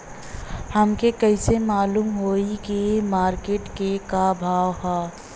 हमके कइसे मालूम होई की मार्केट के का भाव ह?